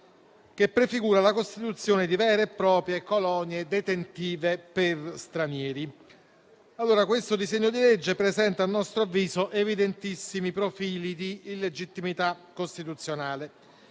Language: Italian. che prefigura la costituzione di vere e proprie colonie detentive per stranieri. Il disegno di legge in esame presenta - a nostro avviso - evidentissimi profili di illegittimità costituzionale,